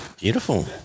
Beautiful